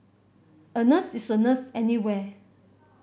a nurse is a nurse anywhere